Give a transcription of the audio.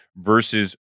versus